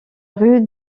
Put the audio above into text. rue